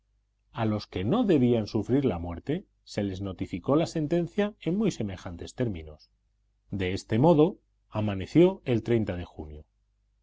a los que no debían sufrir la muerte se les notificó la sentencia en muy semejantes términos de este modo amaneció el de junio